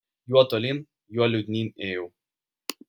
juo tolyn juo liūdnyn ėjau